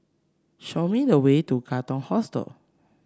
show me the way to Katong Hostel